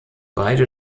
beide